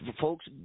folks